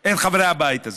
את חברי הבית הזה.